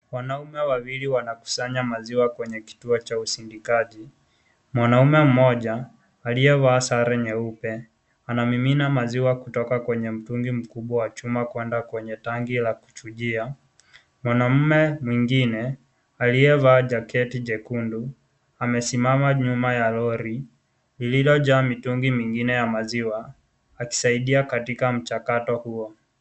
Wanaume wawili wanakusanya maziwa kwenya kituo cha kusindikaji, mwanaume mmoja aliyevaa sare nyeupe anamimina maziwa kutoka kwenye mtungi mkubwa wa chuma kwenda kwenye tanki la kuchuchia ,mwaname mwingine aliyevaa jaketi jekundu amesimama nyuma ya lori lililojaa mitungi mingine ya maziwa akisaidia katika mchakato huo.